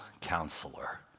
counselor